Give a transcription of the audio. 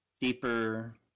Deeper